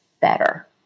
better